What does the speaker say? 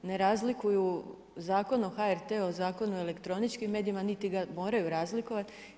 Ne razliku Zakon o HRT-u, Zakon o elektroničkim medijima, niti ga moraju razlikovati.